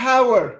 Power